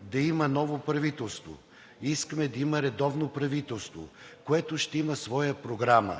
да има ново правителство, искаме да има редовно правителство, което ще има своя програма.